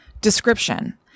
Description